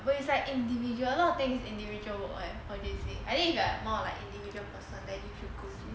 but it's like individual a lot of thing is individual work eh for J_C I think if you are a more like individual person then you should go J_C